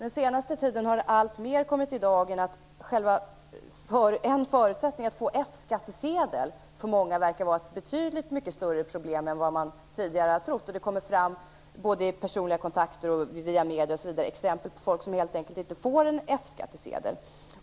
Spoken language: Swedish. Den senaste tiden har det alltmer kommit i dagen att det för många verkar vara ett betydligt större problem än vad man tidigare har trott att få en F-skattsedel. Det kommer både via personliga kontakter och via medierna fram exempel på folk som helt enkelt inte får en F-skattsedel.